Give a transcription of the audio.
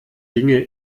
dinge